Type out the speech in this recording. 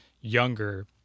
younger